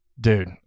Dude